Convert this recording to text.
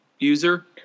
user